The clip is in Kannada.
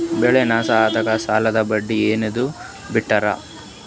ಬೆಳೆ ನಷ್ಟ ಆದ್ರ ಸಾಲದ ಬಡ್ಡಿ ಏನಾದ್ರು ಬಿಡ್ತಿರಾ?